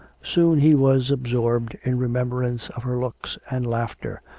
soon he was absorbed in remembrance of her looks and laughter,